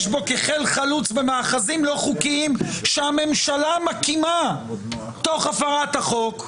בו כחייל חלוץ במאחזים הלא חוקיים שהממשלה מקימה תוך הפרת החוק.